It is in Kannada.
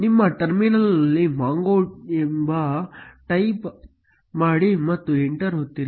ನಿಮ್ಮ ಟರ್ಮಿನಲ್ನಲ್ಲಿ mongo ಎಂದು ಟೈಪ್ ಮಾಡಿ ಮತ್ತು ಎಂಟರ್ ಒತ್ತಿರಿ